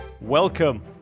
Welcome